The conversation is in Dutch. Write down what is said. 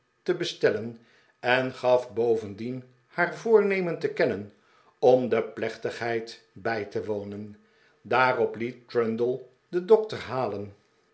te bestellen en gaf bovendien haar voornemen te kennen om de plechtigheid bij te wonen daarop liet trundle den dokter halen